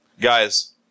Guys